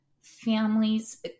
families